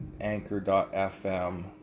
Anchor.fm